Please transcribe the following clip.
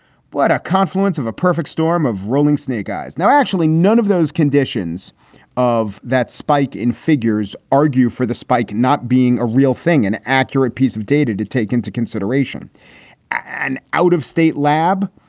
what a confluence of a perfect storm of rolling snake eyes. now, actually, none of those conditions of that spike in figures argue for the spike not being a real thing, an accurate piece of data to take into consideration and out of state lab.